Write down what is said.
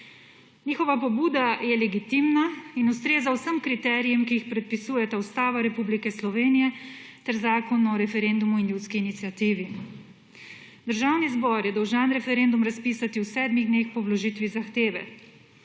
Njihova pobuda je legitimna in ustreza vsem kriterijem, ki jih predpisujeta Ustava Republike Slovenije ter Zakon o referendumu in ljudski iniciativi. Državni zbor je dolžan referendum razpisati v sedmih dneh po vložitvi zahteve.